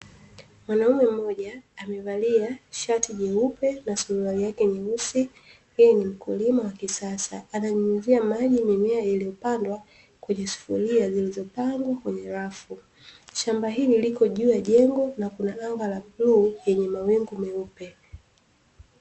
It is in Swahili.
Mwanaume mmoja amevalia shati jeupe na suruali yake nyeusi, yeye ni mkulima wa kisasa, ananyunyizia maji mimea iliyopandwa kwenye sufuria, zilizopangwa kwenye rafu. Shamba hili kilo juu ya jengo na kuna anga la bluu lenye mawingu meupe.